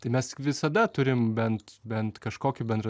tai mes visada turim bent bent kažkokį bendrą